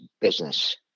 business